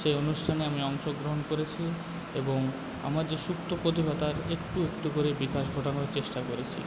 সেই অনুষ্ঠানে আমি অংশগ্রহণ করেছি এবং আমার যে সুপ্ত প্রতিভা তার একটু একটু করে বিকাশ ঘটানোর চেষ্টা করেছি